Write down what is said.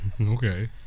Okay